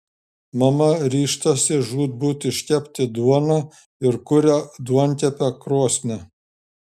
mama ryžtasi žūtbūt iškepti duoną ir kuria duonkepę krosnį